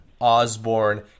Osborne